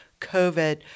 COVID